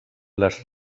les